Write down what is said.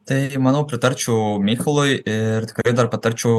tai manau pritarčiau mykolui ir tikrai dar patarčiau